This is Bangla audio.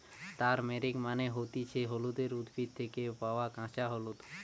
তারমেরিক মানে হতিছে হলুদের উদ্ভিদ থেকে পায়া কাঁচা হলুদ